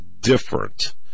different